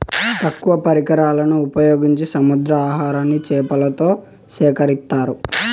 తక్కువ పరికరాలను ఉపయోగించి సముద్రపు ఆహారాన్ని చేతులతో సేకరిత్తారు